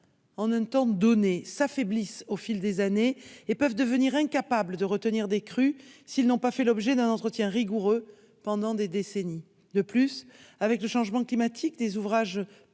en un temps donné, s'affaiblissent au fil des années et deviennent incapables de retenir des crues, s'ils n'ont pas fait l'objet d'un entretien rigoureux pendant des décennies. De plus, des ouvrages pensés